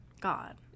God